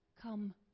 Come